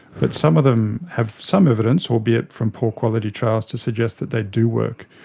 but some of them have some evidence, albeit from poor quality trials, to suggest that they do work.